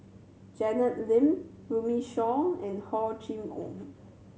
Janet Lim Runme Shaw and Hor Chim Or